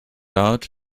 out